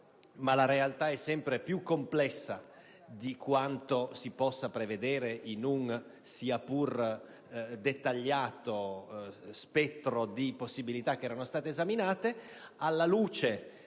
la realtà è sempre più complessa di quanto si possa prevedere in un dettagliato spettro di possibilità esaminate - alla luce